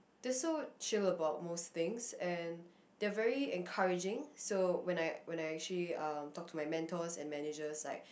they're so chill about most things and they're very encouraging so when I when I actually uh talk to my mentors and managers like